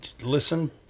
listen